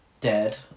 dead